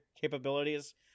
capabilities